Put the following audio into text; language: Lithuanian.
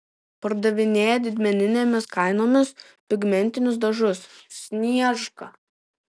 pardavinėja didmeninėmis kainomis pigmentinius dažus sniežka